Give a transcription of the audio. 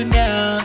now